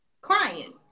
crying